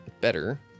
better